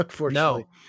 No